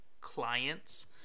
clients